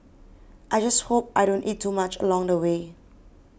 I just hope I don't eat too much along the way